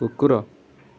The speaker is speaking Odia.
କୁକୁର